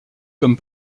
comme